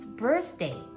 birthday